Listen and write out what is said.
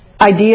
idea